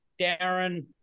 darren